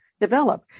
develop